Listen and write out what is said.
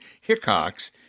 Hickox